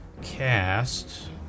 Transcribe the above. cast